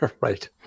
right